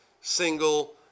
single